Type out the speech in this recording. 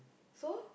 so